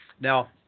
Now